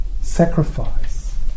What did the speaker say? sacrifice